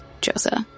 Joseph